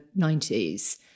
90s